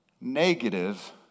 Negative